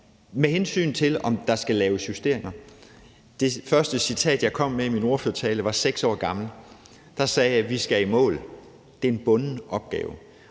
Med hensyn til om der skal laves justeringer, vil jeg sige, at det første citat, jeg kom med i min ordførertale, var 6 år gammelt, og der sagde jeg: Vi skal i mål, det er en bunden opgave.